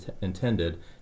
intended